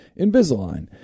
Invisalign